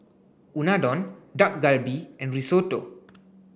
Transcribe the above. Unadon Dak Galbi and Risotto